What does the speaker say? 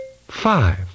Five